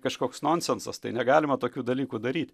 kažkoks nonsensas tai negalima tokių dalykų daryt